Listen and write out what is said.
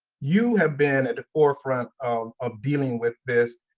you have been at the forefront of of dealing with this,